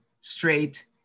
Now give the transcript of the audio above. straight